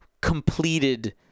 completed